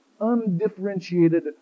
undifferentiated